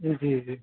جی جی